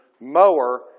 mower